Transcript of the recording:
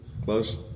Close